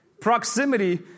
Proximity